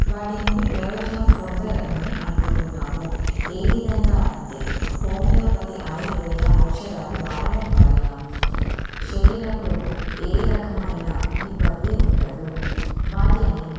వాటి నుండి ప్రయోజనం పొందగలం అని అనుకుంటున్నాము ఏ విధంగా అంటే హోమియోపతి ఆయుర్వేద ఔషధాలు వాడడం వల్ల శరీరంలో ఏ రకమైన ఇబ్బంది ఉండదు వాటిని